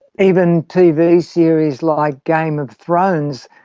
even tv series like game of thrones,